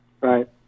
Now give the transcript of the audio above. Right